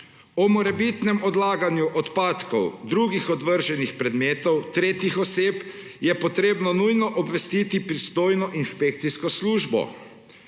O morebitnem odlaganju odpadkov, drugih odvrženih predmetov tretjih oseb je treba nujno obvestiti pristojno inšpekcijsko službo.